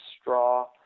straw